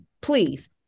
please